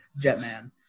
Jetman